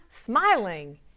smiling